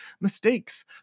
mistakes